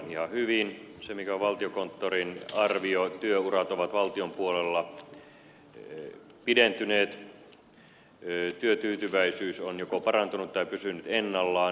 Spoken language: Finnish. se mikä on valtiokonttorin arvio on että työurat ovat valtion puolella pidentyneet työtyytyväisyys on joko parantunut tai pysynyt ennallaan